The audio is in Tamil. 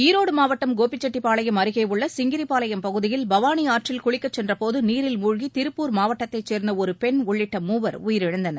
ஈரோடு மாவட்டம் கோபிச்செட்டிபாளையம் அருகேயுள்ள சிங்கிரிபாளையம் பகுதியில் பவானி ஆற்றின் குளிக்கச் சென்றபோது நீரில் மூழ்கி திருப்பூர் மாவட்டத்தைச் சேர்ந்த ஒரு பெண் உள்ளிட்ட மூவர் உயிரிழந்தனர்